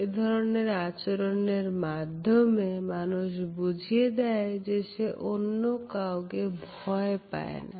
এ ধরনের আচরণের মাধ্যমে মানুষ বুঝিয়ে দেয় যে সে অন্য কাউকে ভয় করে না